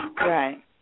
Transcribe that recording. Right